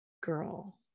Girl